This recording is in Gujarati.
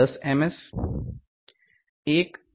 S 1 V